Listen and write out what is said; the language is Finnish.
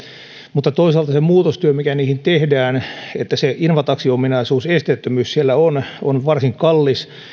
mutta toisaalta se muutostyö mikä niihin tehdään että se invataksiominaisuus esteettömyys siellä on on varsin kallis